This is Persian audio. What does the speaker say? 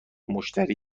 مشتری